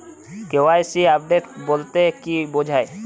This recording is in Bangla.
কে.ওয়াই.সি আপডেট বলতে কি বোঝায়?